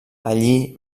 allí